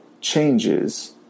changes